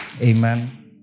Amen